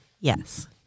Yes